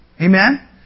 Amen